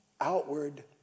outward